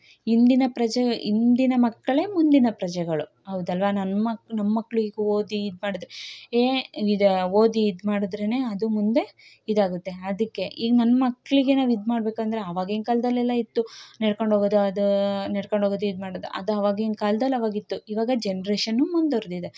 ಇಂದಿನ ಪ್ರಜೆ ಇಂದಿನ ಮಕ್ಕಳೆ ಮುಂದಿನ ಪ್ರಜೆಗಳು ಹೌದಲ್ವಾ ನನ್ನ ಮಕ್ಳು ನಮ್ಮ ಮಕ್ಳು ಈಗ ಓದಿ ಇದು ಮಾಡೋದೆ ಏ ಇದು ಓದಿ ಇದು ಮಾಡಿದ್ರೆ ಅದು ಮುಂದೆ ಇದಾಗುತ್ತೆ ಅದಕೆ ಈ ನನ್ನ ಮಕ್ಕಳಿಗೆ ನಾವು ಇದ್ಮಾಡ್ಬೇಕಂದ್ರೆ ಆವಾಗಿನ ಕಾಲ್ದಲೆಲ್ಲ ಇತ್ತು ನಡ್ಕೊಂಡು ಹೋಗೋದ ಅದು ನಡ್ಕೊಂಡ್ ಹೋಗೋದ್ ಇದು ಮಾಡೋದ್ ಅದು ಅವಾಗಿನ ಕಾಲ್ದಲ್ಲಿ ಅವಾಗ ಇತ್ತು ಇವಾಗ ಜನ್ರೇಷನ್ನು ಮುಂದುವರ್ದಿದೆ